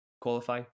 qualify